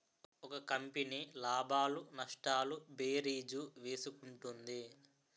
ఒక కంపెనీ లాభాలు నష్టాలు భేరీజు వేసుకుంటుంది